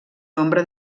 nombre